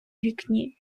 вікні